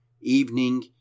evening